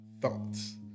Thoughts